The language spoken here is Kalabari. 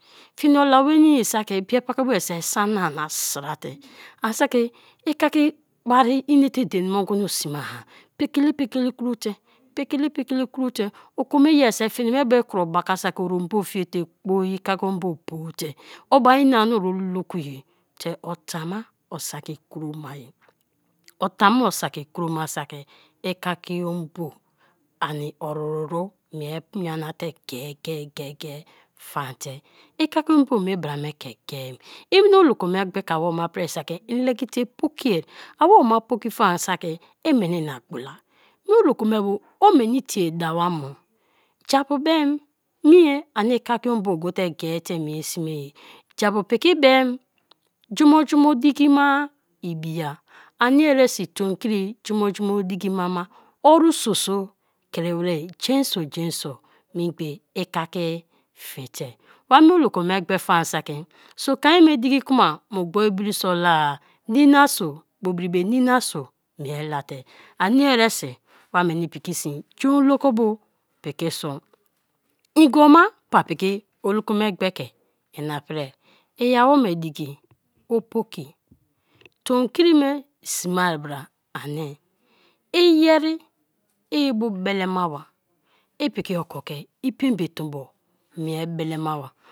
Fini ola nwenii saki, biei paka boa saki san na na sra te ani saki ikaki bari ina te edeni ime ogono sme-a pe-kele, peke le krote, pekele pekele kro te, oko me ye sake fini me be kro baka saki orelbow fiete gboi ikaki obow bute o baine ani o luku ye te o ta ma o sakk kroma ye ota ma o saki kro ma saki ikaki obow ani orururu mia nyara te ge- ge ge- ge faan te, ikaki obow me brame ke gemi imina oloko me gbee ke a wome pri saki i legi te poki; awoma poki faan saki imini ina gbola, mei oloko me bio o weni tie dawa mo? Ja-apu be mei ani ikaki obow gote gee te mie sme-e, jaapu peki be jumo jumo dikima ibia, ani eresi tomkri jumo jumo diki ma ma, oru so so kri were jenso jensimgbe ikaki fiete. Wa me oloko me gbe faan saki sokain be diki kuma me gbon biri so la-a ninease bobiri be ninea so mie late anr eresi wa meni piki sijen oloko bo piki so ngioma ba piki oloko me gbee ke ina pria iya wome diki o poki tomkri me sme a bra ani i yeri ibu bele maba, i piki okò ke ì bembe tombo mie bele ma ba.